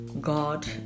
god